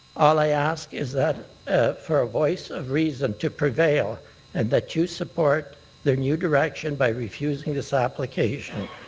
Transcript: all i ask is that for a voice of reason to prevail and that you support the new direction by refusing this application.